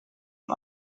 een